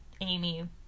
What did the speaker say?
Amy